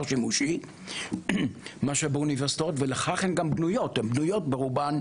שימושי מהאוניברסיטאות ולכך הן גם בנויות הן בנויות ברובן